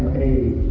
a